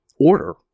order